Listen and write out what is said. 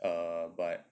err but